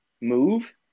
move